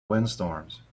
windstorms